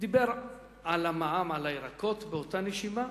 דיבר על המע"מ על הירקות באותה נשימה,